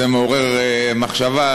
זה מעורר מחשבה.